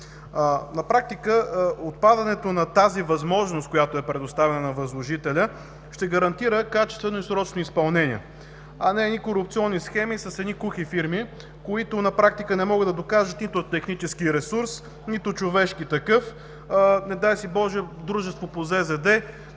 На практика отпадането на тази възможност, която е предоставена на възложителя, ще гарантира качествено и срочно изпълнение, а не корупционни схеми с едни кухи фирми, които не могат да докажат нито технически ресурс, нито човешки такъв. А, не дай си Боже, дружество по ЗЗД